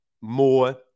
more